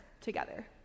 together